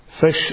fish